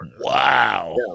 wow